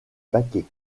paquets